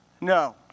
No